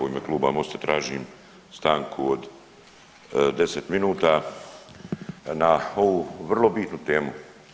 U ime kluba Mosta tražim stanku od 10 minuta na ovu vrlo bitnu temu.